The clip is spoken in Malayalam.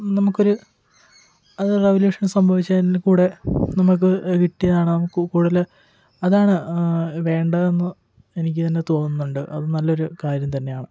നമുക്കൊരു അത് റവല്യൂഷൻ സംഭവിച്ചതിൽകൂടെ നമ്മൾക്ക് കിട്ടിയതാണ് നമ്മൾക്ക് കൂടുതല് അതാണ് വേണ്ടതെന്ന് എനിക്ക് തന്നെ തോന്നുന്നുണ്ട് അത് നല്ലൊരു കാര്യം തന്നെയാണ്